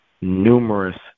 numerous